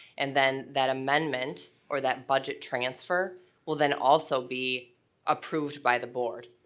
and then, that amendment or that budget transfer will then also be approved by the board.